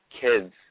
kids